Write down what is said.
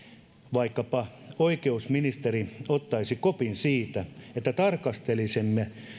vaikkapa oikeusministeri ottaisi kopin siitä että tarkastelisimme